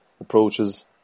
approaches